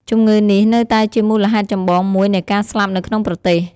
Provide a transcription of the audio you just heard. ជំងឺនេះ នៅតែជាមូលហេតុចម្បងមួយនៃការស្លាប់នៅក្នុងប្រទេស។